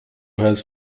has